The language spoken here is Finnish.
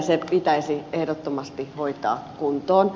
se pitäisi ehdottomasti hoitaa kuntoon